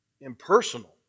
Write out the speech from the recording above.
impersonal